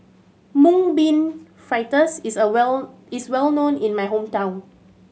Mung Bean Fritters is a is well known in my hometown